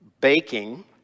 baking